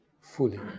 fully